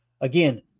Again